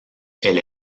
elle